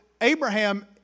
Abraham